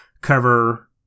cover